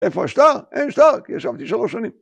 איפה שתה? אין שתה כי ישבתי שלוש שנים.